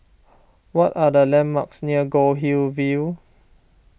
what are the landmarks near Goldhill View